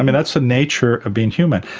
um and that's the nature of being human,